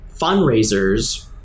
fundraisers